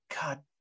God